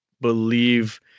believe